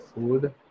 food